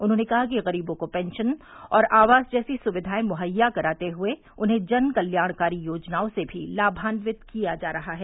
उन्होंने कहा कि गरीबों को पेंशन आवास जैसी सुविधाए भी मुहैया कराते हुए उन्हें जनकल्याणकारी योजनाओं से भी लाभान्वित किया जा रहा है